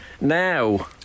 Now